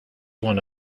one